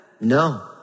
No